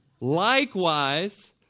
Likewise